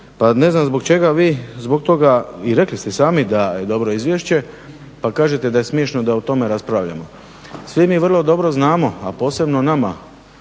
pa ne znam zbog čega vi zbog toga i rekli ste sami da je dobro izvješće pa kažete da je smiješno da o tome raspravljamo. Svi mi vrlo dobro znamo, a posebno nama